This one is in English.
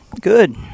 Good